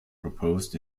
proposed